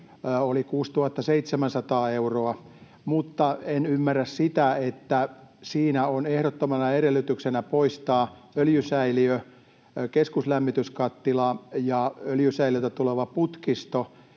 oli 6 700 euroa, mutta en ymmärrä sitä, että siinä on ehdottomana edellytyksenä poistaa öljysäiliö, keskuslämmityskattila ja öljysäiliöltä tuleva putkisto,